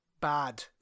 bad